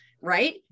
right